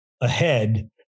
ahead